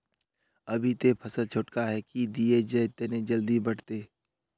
अभी ते फसल छोटका है की दिये जे तने जल्दी बढ़ते?